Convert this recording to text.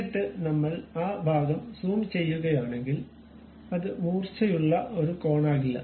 എന്നിട്ട് നമ്മൾ ആ ഭാഗം സൂം ചെയ്യുകയാണെങ്കിൽ അത് മൂർച്ചയുള്ള ഒരു കോണാകില്ല